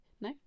No